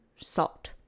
salt